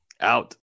out